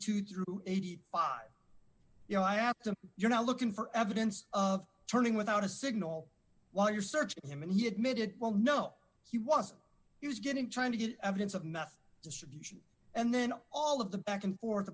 to eighty five you know i asked him you're not looking for evidence of turning without a signal while you're searching him and he admitted well no he wasn't he was getting trying to get evidence of meth distribution and then all of the back and forth